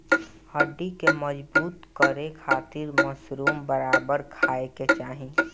हड्डी के मजबूत करे खातिर मशरूम बराबर खाये के चाही